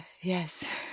yes